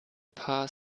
paar